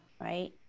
Right